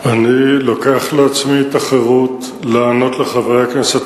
אני לוקח לעצמי את החירות לענות לחבר הכנסת